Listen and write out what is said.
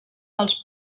dels